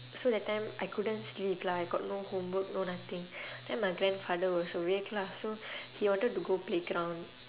so that time I couldn't sleep lah I got no homework no nothing then my grandfather was awake lah so he wanted to go playground